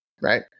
right